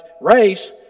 Race